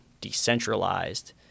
decentralized